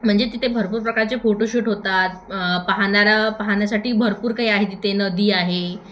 म्हणजे तिथे भरपूर प्रकारचे फोटोशूट होतात पाहण्याला पाहण्यासाठी भरपूर काही आहे तिथे नदी आहे